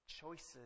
choices